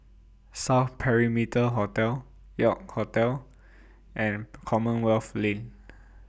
South Perimeter Hotel York Hotel and Commonwealth Lane